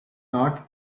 thought